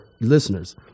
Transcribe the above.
listeners